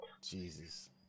Jesus